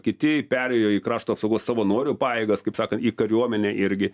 kiti perėjo į krašto apsaugos savanorių pajėgas kaip sakant į kariuomenę irgi